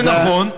זה נכון,